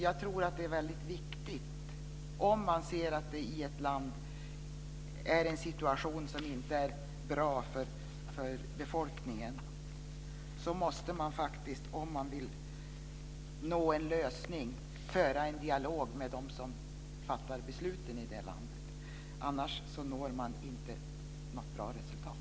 Jag tror att det är väldigt viktigt, om man ser att det i ett land råder en situation som inte är bra för befolkningen, att föra en dialog med dem som fattar besluten i det landet om man vill nå en lösning - annars når man inte något bra resultat.